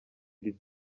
iri